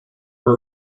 her